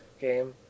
game